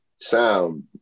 Sound